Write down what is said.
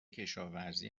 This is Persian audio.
کشاوزی